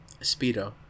speedo